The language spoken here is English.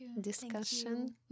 discussion